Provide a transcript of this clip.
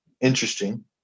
interesting